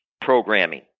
programming